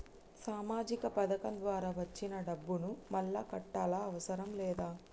సామాజిక పథకం ద్వారా వచ్చిన డబ్బును మళ్ళా కట్టాలా అవసరం లేదా?